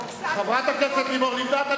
חברת הכנסת לימור לבנת,